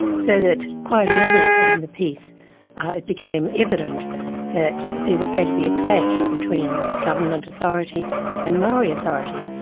so that quite early in the piece it became evident that there was going to be a clash between government authority and maori authority.